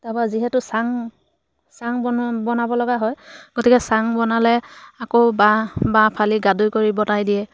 তাৰপা যিহেতু চাং চাং বন বনাব লগা হয় গতিকে চাং বনালে আকৌ বাঁহ বাঁহ ফালি গাদৈ কৰি বনাই দিয়ে